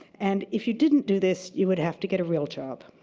and if you didn't do this, you would have to get a real job.